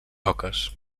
oques